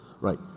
Right